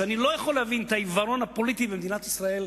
ואני לא יכול להבין את העיוורון הפוליטי במדינת ישראל,